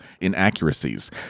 inaccuracies